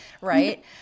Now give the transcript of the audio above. right